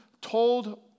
told